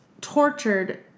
tortured